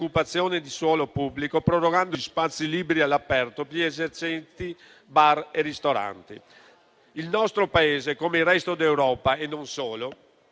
grazie